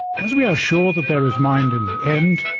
as we are sure that there is mind in the end,